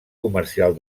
comercial